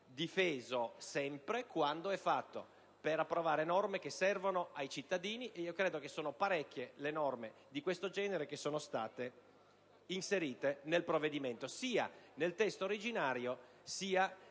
difeso sempre quando è finalizzato all'approvazione di norme che servono ai cittadini, e io credo che siano parecchie le norme di questo genere che sono state inserite nel provvedimento, sia nel testo originario sia nei